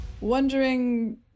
wondering